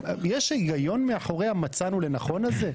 יש היגיון מאחורי "מצאנו לנכון" הזה?